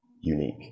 unique